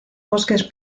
bosques